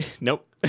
nope